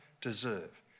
deserve